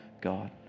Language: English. God